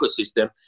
ecosystem